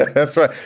ah that's right.